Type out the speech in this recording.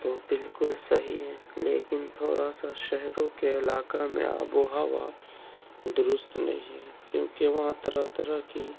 تو بالکل صحیح ہے لیکن تھوڑا سا شہروں کے علاقہ میں آب و ہوا درست نہیں ہے کیوں کہ وہاں طرح طرح کی